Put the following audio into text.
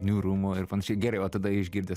niūrumo ir panašiai gerai o tada išgirdęs